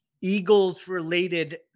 Eagles-related